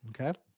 Okay